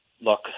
look